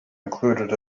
included